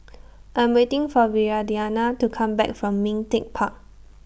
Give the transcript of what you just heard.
I'm waiting For Viridiana to Come Back from Ming Teck Park